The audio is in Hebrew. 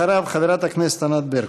אחריו, חברת הכנסת ענת ברקו.